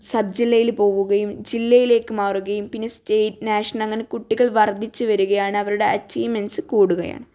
സബ്ജില്ലയില് പോവുകയും ജില്ലയിലേക്ക് മാറുകയും പിന്നെ സ്റ്റേറ്റ് നാഷണൽ അങ്ങനെ കുട്ടികൾ വർദ്ധിച്ച് വരികയാണ് അവരുടെ അച്ചീവ്മെൻ്റ്സ് കൂടുകയാണ്